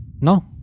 No